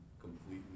completely